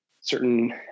certain